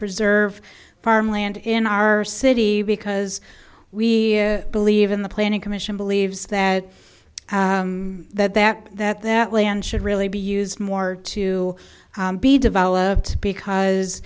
preserve farmland in our city because we believe in the planning commission believes that that that that that land should really be used more to be developed because